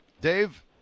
Dave